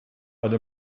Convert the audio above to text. alle